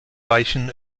weichen